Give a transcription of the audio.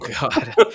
God